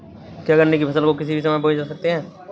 क्या गन्ने की फसल को किसी भी समय बो सकते हैं?